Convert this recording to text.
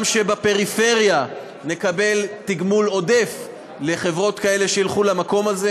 שגם בפריפריה נקבל תגמול עודף לחברות כאלה שילכו למקום הזה.